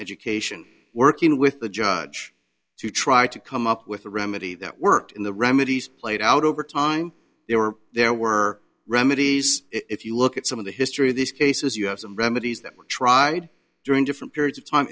education working with the judge to try to come up with a remedy that worked in the remedies played out over time there were there were remedies if you look at some of the history of these cases you have some remedies that are tried during different periods of time